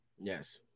yes